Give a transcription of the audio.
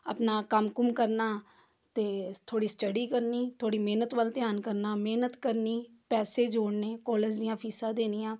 ਆਪਣਾ ਕੰਮ ਕੁੰਮ ਕਰਨਾ ਅਤੇ ਥੋੜ੍ਹੀ ਸਟੱਡੀ ਕਰਨੀ ਥੋੜ੍ਹੀ ਮਿਹਨਤ ਵੱਲ ਧਿਆਨ ਕਰਨਾ ਮਿਹਨਤ ਕਰਨੀ ਪੈਸੇ ਜੋੜਨੇ ਕੋਲਜ ਦੀਆਂ ਫੀਸਾਂ ਦੇਣੀਆਂ